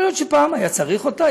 יכול להיות שפעם היה צריך אותה,